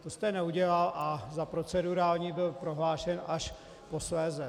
To jste neudělal, a za procedurální byl prohlášen až posléze.